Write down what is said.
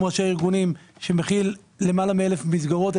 ראשי הארגונים שמכיל למעלה מ-1,000 מסגרות.